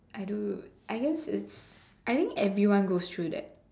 I do I guess it's I think everyone goes through that